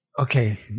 okay